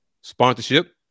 sponsorship